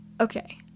okay